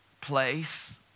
place